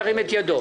ירים את ידו.